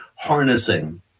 Harnessing